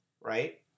right